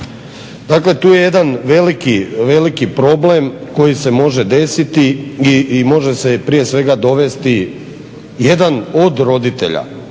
Dakle, tu je jedan veliki problem koji se može desiti i može se prije svega dovesti jedan od roditelja,